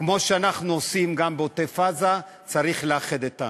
כמו שאנחנו עושים גם בעוטף-עזה, צריך לאחד את העם,